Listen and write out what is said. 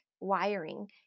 wiring